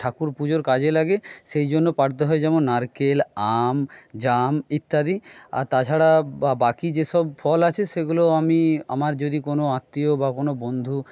ঠাকুরপুজোর কাজে লাগে সেই জন্য পাড়তে হয় যেমন নারকেল আম জাম ইত্যাদি আর তাছাড়া বা বাকি যেসব ফল আছে সেগুলো আমি আমার যদি কোনো আত্মীয় বা কোনো বন্ধু